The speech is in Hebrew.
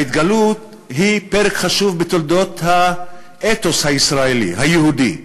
ההתגלות היא פרק חשוב בתולדות האתוס הישראלי היהודי.